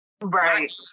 Right